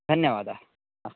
धन्यवादः अ